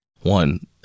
one